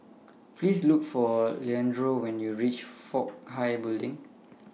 Please Look For Leandro when YOU REACH Fook Hai Building